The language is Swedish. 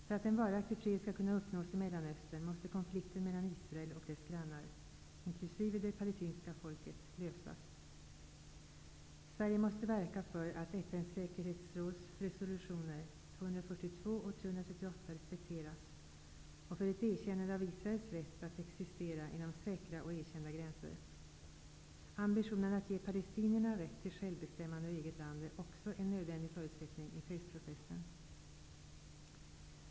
För att en varaktig fred skall kunna uppnås i Mellanöstern måste konflikten mellan Israel och dess grannar, inkl. det palestinska folket, lösas. Sverige måste verka för att FN:s säkerhetsråds resolutioner 242 och 338 respekteras och för ett erkännande av Israels rätt att existera inom säkra och erkända gränser. Ambitionen att ge palestinierna rätt till självbestämmande och eget land är också en nödvändig förutsättning i fredsprocessen.